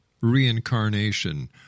reincarnation